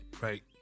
Right